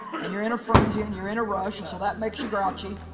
and your in a frenzy and you're in a rush. and so that makes you grouchy